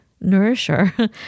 nourisher